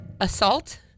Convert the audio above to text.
assault